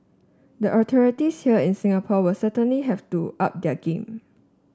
the authorities here in Singapore will certainly have to up their game